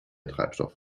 treibstoff